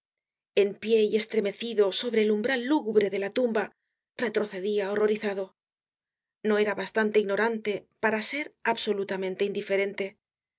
en pie y estremecido sobre el umbral lúgubre de la tumba retrocedia horrorizado no era bastante ignorante para ser absolutamente indiferente su